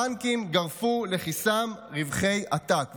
הבנקים גרפו לכיסם רווחי עתק.